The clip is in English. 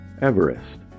Everest